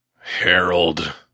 Harold